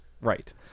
Right